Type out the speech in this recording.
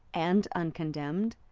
and uncondemned?